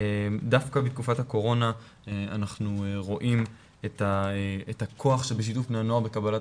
דווקא בתקופת הקורונה אנחנו רואים את הכוח שבשיתוף בני הנוער בקבלת